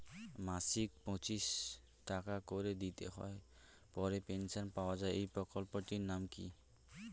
মাসিক পঁচিশ টাকা করে দিতে হয় পরে পেনশন পাওয়া যায় এই প্রকল্পে টির নাম কি?